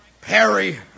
Perry